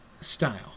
style